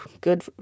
good